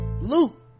Luke